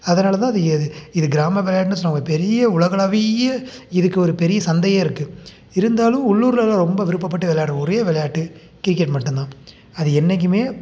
அதனால் தான் அது எது இது கிராம விளையாட்டுன்னு சொல்ல பெரிய உலகளாவிய இதுக்கு ஒரு பெரிய சந்தையே இருக்குது இருந்தாலும் உள்ளூர்லெலாம் ரொம்ப விருப்பப்பட்டு விளையாடுற ஒரே விளையாட்டு கிரிக்கெட் மட்டும்தான் அது என்றைக்குமே